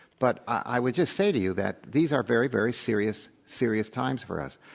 but i would just say to you that these are very, very serious, serious times for us.